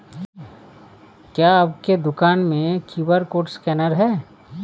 क्या आपके दुकान में क्यू.आर कोड स्कैनर है?